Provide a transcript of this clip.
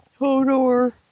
Hodor